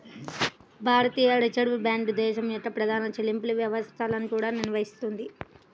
భారతీయ reserve bank దేశం యొక్క ప్రధాన చెల్లింపు వ్యవస్థలను కూడా నిర్వహిస్తుంది